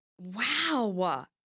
Wow